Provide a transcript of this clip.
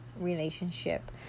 relationship